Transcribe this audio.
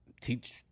teach